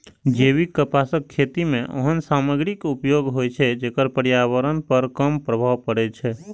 जैविक कपासक खेती मे ओहन सामग्रीक उपयोग होइ छै, जेकर पर्यावरण पर कम प्रभाव पड़ै छै